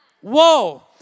Whoa